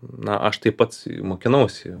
na aš tai pats mokinausi